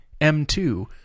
M2